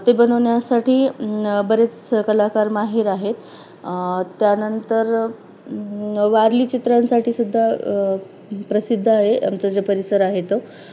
ते बनवण्यासाठी बरेच कलाकार माहीर आहेत त्यानंतर वारली चित्रांसाठी सुद्धा प्रसिद्ध आहे आमचं जे परिसर आहे तो